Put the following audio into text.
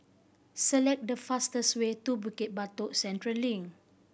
select the fastest way to Bukit Batok Central Link